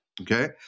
Okay